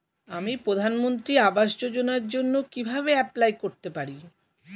আমি প্রধানমন্ত্রী আবাস যোজনার জন্য কিভাবে এপ্লাই করতে পারি?